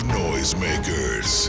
noisemakers